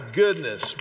goodness